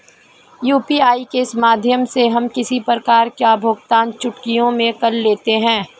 UPI के माध्यम से हम किसी प्रकार का भुगतान चुटकियों में कर लेते हैं